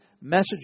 message